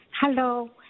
Hello